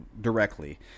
directly